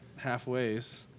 halfways